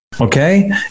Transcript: Okay